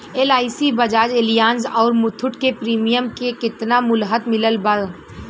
LIC Bajaj Allianz आउर मुथूट के premium के केतना मुहलत मिलल बा?